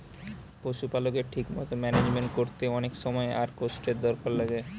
পশুপালকের ঠিক মতো ম্যানেজমেন্ট কোরতে অনেক সময় আর কষ্টের দরকার লাগে